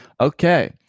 Okay